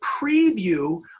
preview